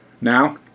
Now